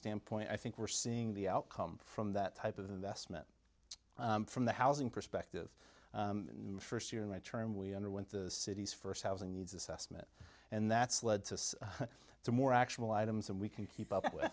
standpoint i think we're seeing the outcome from that type of investment from the housing perspective first year in my term we underwent the city's first housing needs assessment and that's led to the more actionable items and we can keep up with